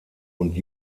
und